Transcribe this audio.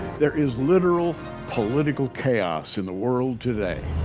there is literal political chaos in the world today.